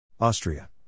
Austria